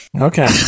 okay